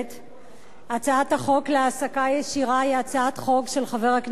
הצעת החוק להעסקה ישירה היא הצעת חוק של חבר הכנסת חיים כץ,